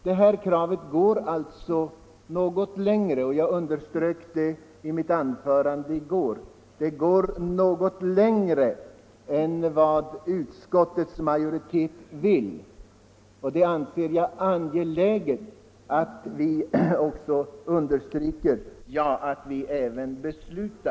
Det kravet går alltså något längre — jag betonade det i mitt anförande i går — än utskottsmajoritetens förslag, och det anser jag angeläget att understryka. Vi bör följa den linjen i vårt beslut.